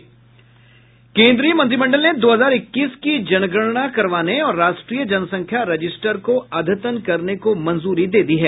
केन्द्रीय मंत्रिमंडल ने दो हजार इक्कीस की जनगणना करवाने और राष्ट्रीय जनसंख्या रजिस्टर को अद्यतन करने को मंजूरी दे दी है